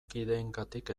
kideengatik